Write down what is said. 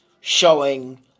showing